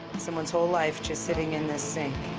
someone's whole life just sitting in this sink.